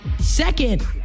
Second